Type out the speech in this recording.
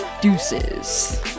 Deuces